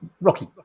rocky